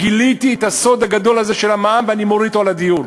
גיליתי את הסוד הגדול הזה של המע"מ ואני מוריד אותו על הדיור.